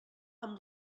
amb